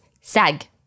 sag